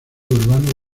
urbano